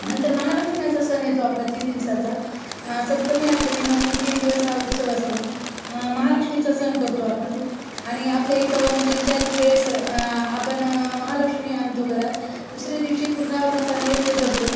नंतर महालक्ष्म्यांचा सण येतो आपला तीन दिवसांचा सप्तमी अष्टमी नवमी तीन दिवस हा उत्सव असतो महालक्ष्मीचा सण करतो आपण आणि आपल्या इथं म्हणजे आणि त्याच वेळेस आपण महालक्ष्मी आणतो घरात दुसऱ्या दिवशी पुरणावरणाचा नैवेद्य करतो